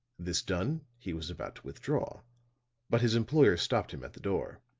this done he was about to withdraw but his employer stopped him at the door.